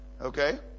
Okay